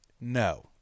no